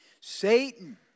Satan